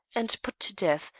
and put to death,